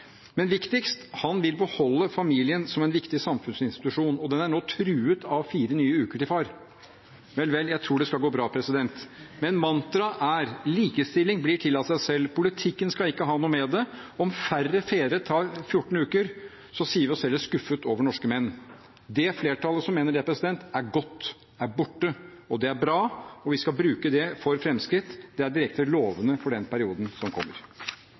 Men viktigst: Han vil beholde familien som en viktig samfunnsinstitusjon, og den er nå truet av fire nye uker til far. Vel, vel, jeg tror det skal gå bra. Men mantraet er: Likestilling blir til av seg selv, politikken skal ikke ha noe med det å gjøre. Om færre fedre tar fjorten uker, sier vi oss heller skuffet over norske menn. Det flertallet som mener det, er gått, er borte, og det er bra, og vi skal bruke det for framskritt. Det er direkte lovende for den perioden som kommer.